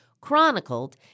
chronicled